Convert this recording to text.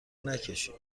نکشید